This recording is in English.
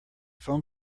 phone